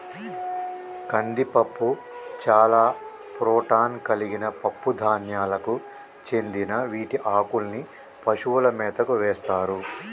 కందిపప్పు చాలా ప్రోటాన్ కలిగిన పప్పు ధాన్యాలకు చెందిన వీటి ఆకుల్ని పశువుల మేతకు వేస్తారు